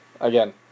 again